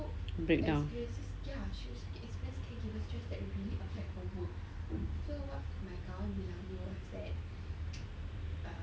breakdown